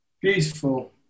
beautiful